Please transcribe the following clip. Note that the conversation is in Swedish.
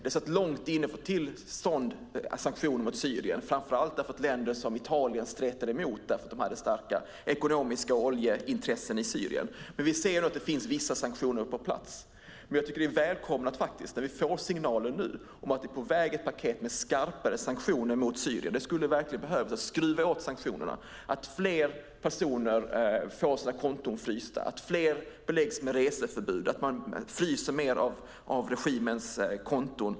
Det satt långt inne att få till stånd sanktioner mot Syrien, framför allt därför att länder som Italien stretade emot eftersom de hade starka ekonomiska intressen och oljeintressen i Syrien. Men nu finns det vissa sanktioner på plats. Jag tycker att det är välkommet att vi får signaler om att ett paket med skarpare sanktioner mot Syrien nu är på väg. Sanktionerna mot Syrien behöver skruvas åt. Det handlar om att fler personer får sina konton frysta, att fler beläggs med reseförbud och att man fryser fler av regimens konton.